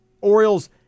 Orioles